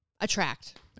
attract